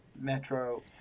Metro